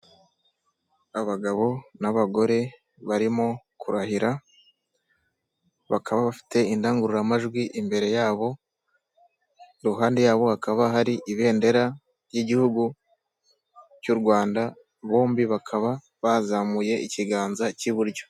Abagabo n'abagore, barimo kurahira, bakaba bafite indangururamajwi imbere yabo, iruhande yabo hakaba hari ibendera ry'igihugu cy'u Rwanda, bombi bakaba bazamuye ikiganza cy'iburyo.